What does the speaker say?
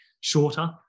shorter